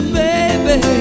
baby